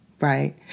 right